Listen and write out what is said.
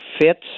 fits